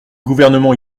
gouvernement